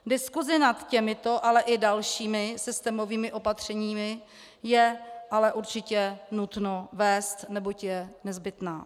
Diskusi nad těmito, ale i dalšími systémovými opatřeními je ale určitě nutno vést, neboť je nezbytná.